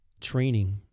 training